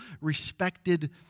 respected